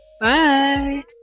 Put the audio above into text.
Bye